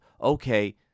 okay